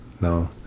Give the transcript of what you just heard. no